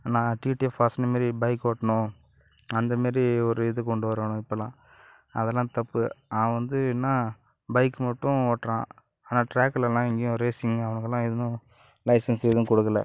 நான் டிடிஎஃப் வாசனு மாரி பைக் ஓட்டணும் அந்த மாரி ஒரு இது கொண்டு வரானோ இப்போலாம் அதெல்லாம் தப்பு அவன் வந்து என்ன பைக் மட்டும் ஓட்டுறான் ஆனால் ட்ராக்குலெலாம் எங்கேயும் ரேஸிங் அவனுக்கெலாம் இன்னும் லைசென்ஸ் எதுவும் கொடுக்கலை